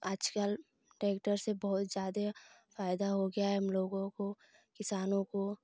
आजकल ट्रैक्टर से बहुत ज्यादे फायदा हो गया है हम लोगो को किसानों को